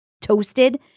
toasted